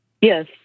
Yes